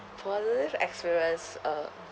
positive experience uh